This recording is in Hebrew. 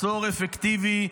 מצור אפקטיבי,